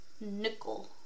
nickel